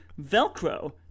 Velcro